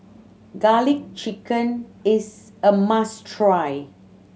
Garlic Chicken is a must try